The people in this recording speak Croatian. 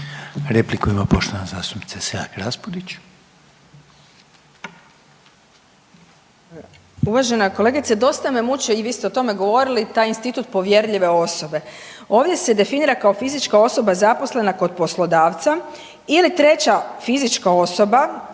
**Selak Raspudić, Marija (Nezavisni)** Uvažena kolegice, dosta me muči i vi ste o tome govorili, taj institut povjerljive osobe. Ovdje se definira kao fizička osoba zaposlena kod poslodavca ili treća fizička osoba,